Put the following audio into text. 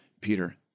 Peter